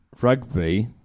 rugby